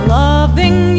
loving